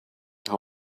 how